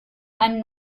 einen